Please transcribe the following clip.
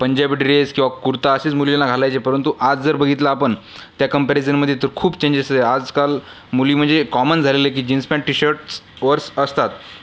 Punjabi dress किंवा कुर्ता असेच मुलींना घालायचे परंतु आज जर बघितलं आपण त्या कम्पॅरिजनमध्ये तर खूप चेंजेस आहे आजकाल मुली म्हणजे कॉमन झालेलं आहे की जीन्स पॅन्ट टी शर्ट्स वरच असतात